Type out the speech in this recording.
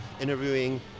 interviewing